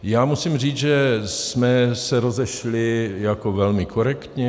Já musím říct, že jsme se rozešli velmi korektně.